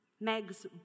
Meg's